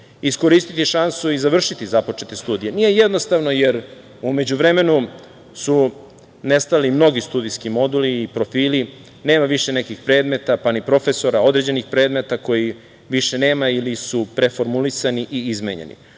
iskoristiti šansu i završiti započete studije. Nije jednostavno jer u međuvremenu su nestali mnogi studentski moduli i profili, nema više nekih predmeta, pa ni profesora određenih predmeta kojih više nema ili su preformulisani ili izmenjeni.